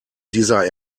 dieser